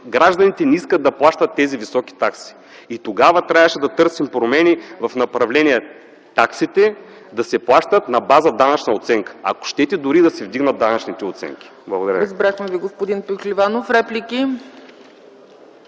гражданите не искат да плащат тези високи такси. Тогава трябваше да търсим промени в направление таксите да се плащат на база данъчна оценка, ако щете, дори да се вдигнат данъчните оценки. Благодаря